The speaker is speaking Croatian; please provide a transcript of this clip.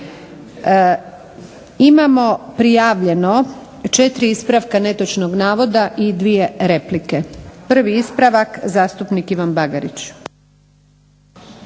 Imamo prijavljeno 4 ispravka netočnog navoda i 2 repčike. Prvi ispravak zastupnik Ivan Bagarić.